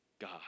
God